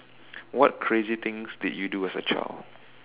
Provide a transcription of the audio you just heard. what crazy things did you do as a child